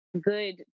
good